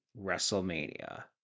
WrestleMania